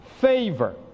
favor